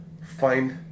Find